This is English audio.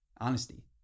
honesty